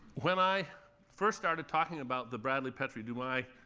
when i first started talking about the bradley, petrie, dumais